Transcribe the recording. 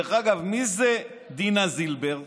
דרך אגב, מי זו דינה זילבר?